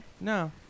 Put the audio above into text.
No